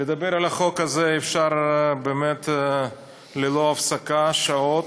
לדבר על החוק הזה אפשר באמת ללא הפסקה, שעות,